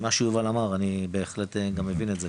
מה שיובל אמר אני בהחלט מבין את זה,